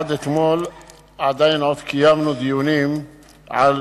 עד אתמול עדיין קיימנו דיונים על